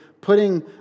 putting